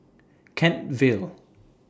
Kent Vale